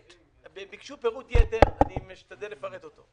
ביקשו פירוט יתר, אני משתדל לפרט אותו.